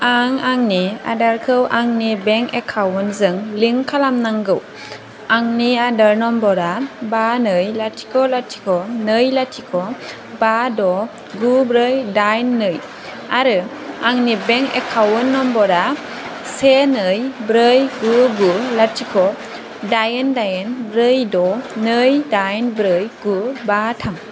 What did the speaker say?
आं आंनि आदारखौ आंनि बेंक एकाउन्टजों लिंक खालामनांगौ आंनि आदार नम्बरा बा नै लाथिख' लाथिख' नै लाथिख' बा द' गु ब्रै दाइन नै आरो आंनि बेंक एकाउन्ट नम्बरा से नै ब्रै गु गु लाथिख' दाइन दाइन ब्रै द' नै दाइन ब्रै गु बा थाम